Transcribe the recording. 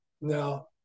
now